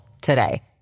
today